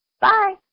Bye